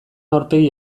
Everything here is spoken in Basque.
aurpegi